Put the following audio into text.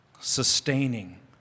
sustaining